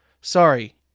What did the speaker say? sorry